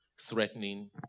threatening